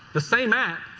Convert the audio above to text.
the same app.